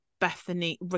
Bethany